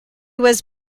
was